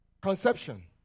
Conception